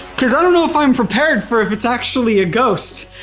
cause i don't know if i'm prepared for if it's actually a ghost,